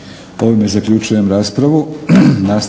Ne. Ovime zaključujem raspravu.